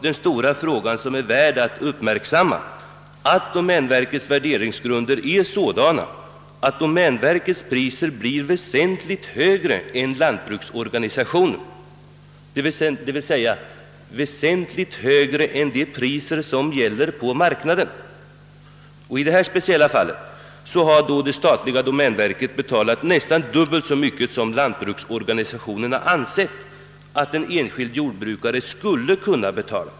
Den stora frågan, som är värd att uppmärksamma, är om 'domänverkets värderingsgrunder är sådana att verkets priser blir väsentligt högre än lantbruksorganisationens, d.v.s. väsentligt högre än de priser som gäller på marknaden. I detta speciella fall har det statliga domänverket betalat nästan dubbelt så mycket som lantbruksorganisationens organ ansett att en enskild jordbrukare skulle kunna ' betala.